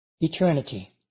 eternity